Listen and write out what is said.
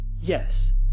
Yes